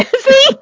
See